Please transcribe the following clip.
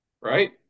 right